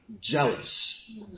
jealous